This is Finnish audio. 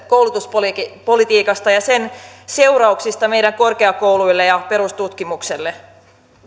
koulutuspolitiikasta ja sen seurauksista meidän korkeakouluille ja perustutkimukselle